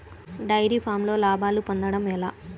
Dairy ఫామ్లో లాభాలు పొందడం ఎలా?